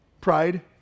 Pride